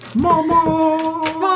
Mama